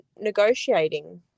negotiating